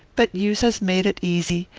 but use has made it easy,